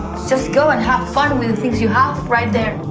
just go and have fun with the things you have right there.